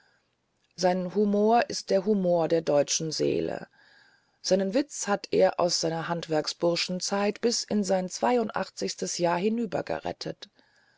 sein humor ist der humor der deutschen seele seinen witz hat er aus seiner handwerksburschenzeit bis in sein zweiundzwanzigstes jahr